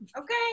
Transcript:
Okay